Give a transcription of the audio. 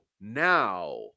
now